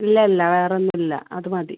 ഇല്ലില്ല വേറൊന്നും ഇല്ല അത് മതി